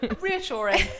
reassuring